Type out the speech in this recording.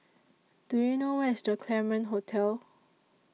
Do YOU know Where IS The Claremont Hotel